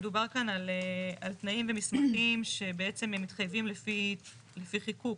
מדובר כאן על תנאים ומסמכים שבעצם הם מתחייבים לפי חיקוק,